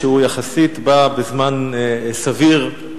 שיחסית בא בזמן סביר.